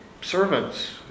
servants